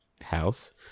House